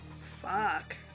Fuck